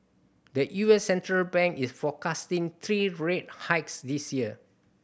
the U S central bank is forecasting three rate hikes this year